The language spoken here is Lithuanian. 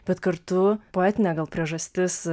bet kartu poetinė gal priežastis